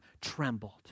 trembled